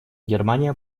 германия